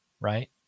right